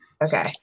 okay